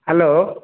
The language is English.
hello